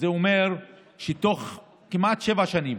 זה אומר שבתוך כמעט שבע שנים